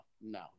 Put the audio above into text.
no